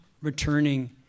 returning